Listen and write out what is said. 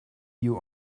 you